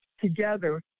together